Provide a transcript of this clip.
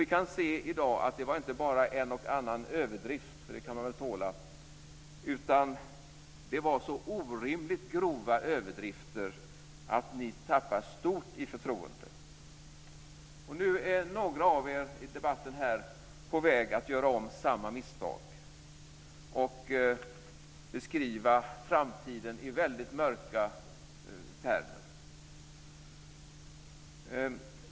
Vi kan se i dag att det inte bara var en och annan överdrift, för det kan man väl tåla, utan det var så orimligt grova överdrifter att ni tappar stort i förtroende. Nu är några av er i debatten här på väg att göra om samma misstag och beskriva framtiden i väldigt mörka termer.